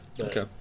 Okay